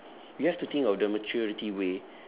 you have to think of the maturity way